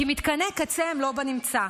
כי מתקני קצה הם לא בנמצא.